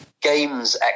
games